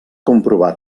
comprovar